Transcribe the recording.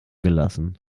gelassen